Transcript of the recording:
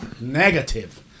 Negative